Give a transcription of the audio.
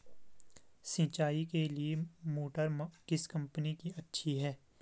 सिंचाई के लिए मोटर किस कंपनी की अच्छी है?